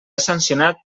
sancionat